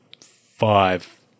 five